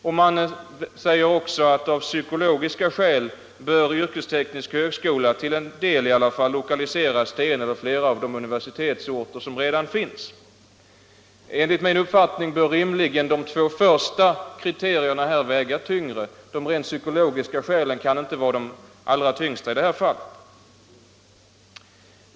Av psykologiska skäl bör för det tredje yrkesteknisk högskola åtminstone till en del lokaliseras till en eller flera av de universitetsorter som redan finns. Enligt min mening bör rimligen de två första kriterierna väga tyngre. De rent psykologiska skälen kan inte vara de tyngsta i detta fall.